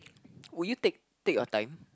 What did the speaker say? would you take take your time